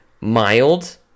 mild